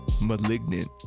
malignant